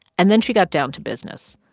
and then she got down to business.